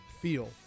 feel